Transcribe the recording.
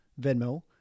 Venmo